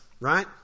right